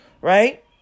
Right